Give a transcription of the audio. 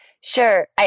Sure